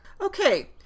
Okay